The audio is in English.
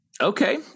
Okay